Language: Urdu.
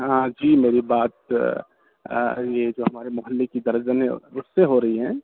ہاں جی میری بات یہ جو ہمارے محلے کی درجنے اس سے ہو رہی ہے